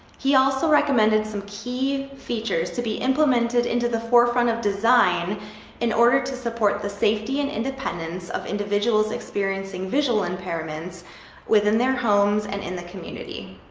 he also recommended some key features to be implemented into the forefront of design in order to support the safety and independence of individuals experiencing visual impairments within their homes and in the community.